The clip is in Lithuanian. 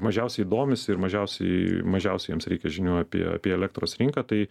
mažiausiai domisi ir mažiausiai mažiausiai jiems reikia žinių apie apie elektros rinką tai